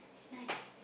it's nice